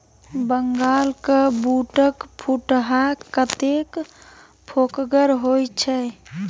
बंगालक बूटक फुटहा कतेक फोकगर होए छै